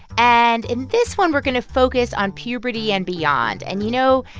and in this one, we're going to focus on puberty and beyond. and, you know,